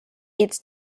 its